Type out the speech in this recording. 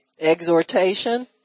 Exhortation